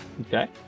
Okay